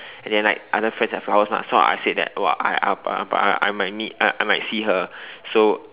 as in like other friends have flowers mah so I said that oh I I I might meet I might see her so